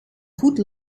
goed